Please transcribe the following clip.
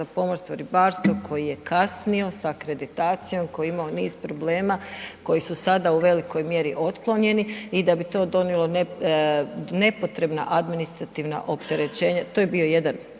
za pomorstvo i ribarstvo koji je kasnio sa akreditacijom, koji je imao niz problema koji su sada u velikoj mjeri otklonjeni i da bi to donijelo nepotrebna administrativna opterećenja, to je bio jedan